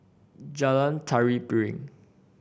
Jalan Tari Piring